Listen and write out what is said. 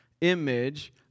image